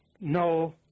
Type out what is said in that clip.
no